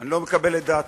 אני לא מקבל את דעתכם.